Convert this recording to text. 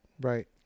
right